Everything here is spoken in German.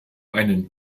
einen